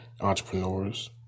entrepreneurs